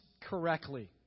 correctly